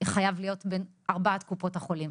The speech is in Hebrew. חייב להיות בין ארבעת קופות החולים,